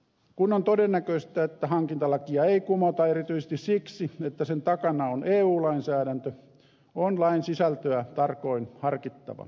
kun on todennäköistä että hankintalakia ei kumota erityisesti siksi että sen takana on eun lainsäädäntö on lain sisältöä tarkoin harkittava